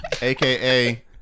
Aka